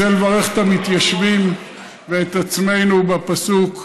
אני רוצה לברך את המתיישבים ואת עצמנו בפסוק: